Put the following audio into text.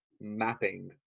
mapping